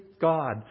God